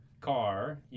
car